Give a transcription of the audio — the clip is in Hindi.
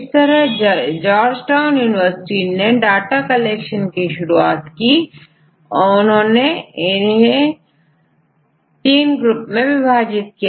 इस तरह जार्जटाउन यूनिवर्सिटी ने डाटा कलेक्शन की शुरुआत की उन्होंने इसे तीन ग्रुप में विभाजित किया